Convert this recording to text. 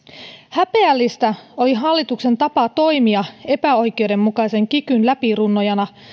häpeällistä oli hallituksen tapa toimia epäoikeudenmukaisen kikyn läpirunnojana